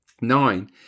nine